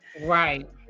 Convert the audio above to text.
Right